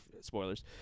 Spoilers